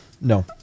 No